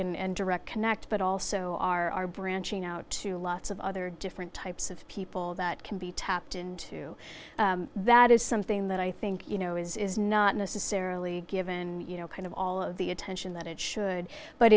and direct connect but also are branching out to lots of other different types of people that can be tapped into that is something that i think you know is not necessarily given you know kind of all of the attention that it should but